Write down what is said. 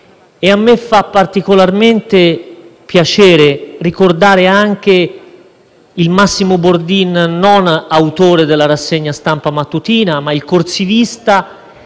e a me fa particolarmente piacere ricordare anche non solo il Massimo Bordin autore della rassegna stampa mattutina, ma il corsivista